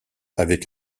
avec